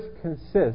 consists